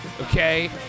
okay